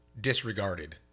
disregarded